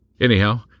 Anyhow